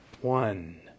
one